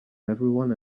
everyone